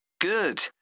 Good